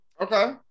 Okay